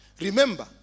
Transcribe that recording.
Remember